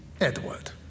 Edward